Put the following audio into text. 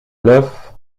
l’œuf